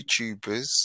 YouTubers